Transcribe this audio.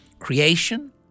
Creation